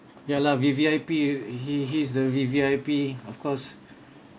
ya lah V_V_I_P he he's the V_V_I_P of course